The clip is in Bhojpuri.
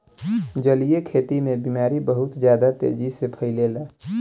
जलीय खेती में बीमारी बहुत ज्यादा तेजी से फइलेला